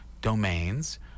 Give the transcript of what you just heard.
domains